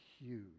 huge